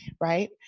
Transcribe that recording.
right